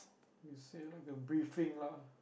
you say lah got briefing lah